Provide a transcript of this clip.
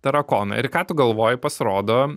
tarakoną ir ką tu galvoji pasirodo